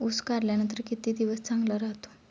ऊस काढल्यानंतर किती दिवस चांगला राहतो?